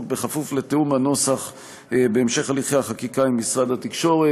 בכפוף לתיאום הנוסח בהמשך הליכי החקיקה עם משרד התקשורת.